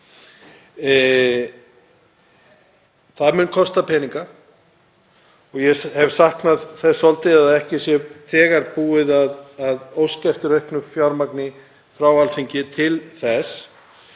Það mun kosta peninga. Ég hef saknað þess svolítið að ekki sé þegar búið að óska eftir auknu fjármagni frá Alþingi til þess.